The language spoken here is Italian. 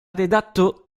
redatto